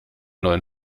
neuen